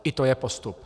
I to je postup.